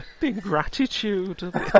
ingratitude